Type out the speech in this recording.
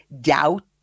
doubt